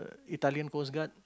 Italian coastguard